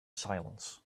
silence